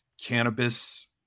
cannabis